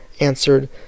answered